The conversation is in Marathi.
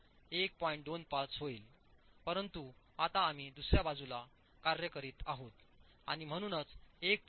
25 होईल परंतु आता आम्ही दुसर्या बाजूला कार्य करीत आहोत आणि म्हणूनच 1